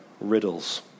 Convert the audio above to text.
riddles